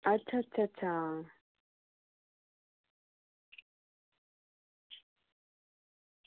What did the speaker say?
अच्छा अच्छा अच्छा